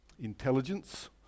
intelligence